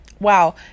wow